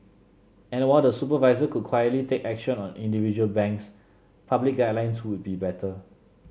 and while the supervisor could quietly take action on individual banks public guidelines would be better